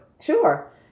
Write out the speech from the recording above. Sure